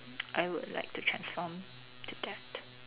I would like to transform to that